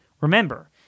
Remember